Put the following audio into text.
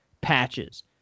patches